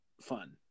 fun